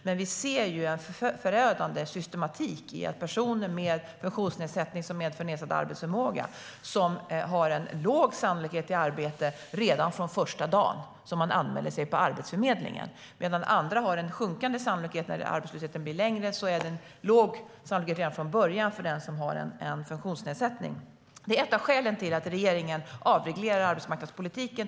Men vi ser ju en förödande systematik i att personer med funktionsnedsättning som medför nedsatt arbetsförmåga redan när de anmäler sig som arbetssökande på Arbetsförmedlingen har en låg sannolikhet att få arbete. Medan andra har en sjunkande sannolikhet att få arbete när arbetslösheten blir längre är sannolikheten låg redan från början för den som har en funktionsnedsättning. Det är ett av skälen till att regeringen avreglerar arbetsmarknadspolitiken.